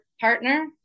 partner